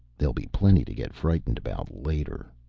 there'll be plenty to get frightened about later.